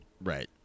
Right